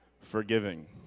Forgiving